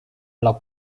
alla